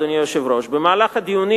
אדוני היושב-ראש: בדיונים